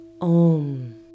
OM